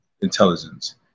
intelligence